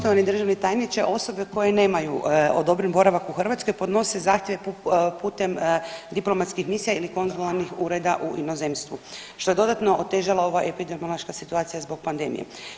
Poštovani državni tajniče, osobe koje nemaju odobren boravak u Hrvatskoj podnose zahtjeve putem diplomatskih misija ili konzularnih ured u inozemstvu, što je dodatno otežala ova epidemiološka situacija zbog pandemije.